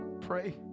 pray